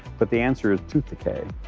but the answer is tooth decay.